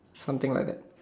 something like that